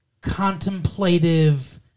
contemplative